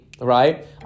right